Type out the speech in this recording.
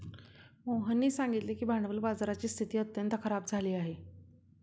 मोहननी सांगितले की भांडवल बाजाराची स्थिती अत्यंत खराब झाली आहे